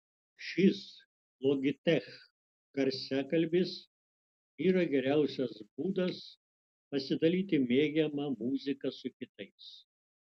šis logitech garsiakalbis yra geriausias būdas pasidalyti mėgiama muzika su kitais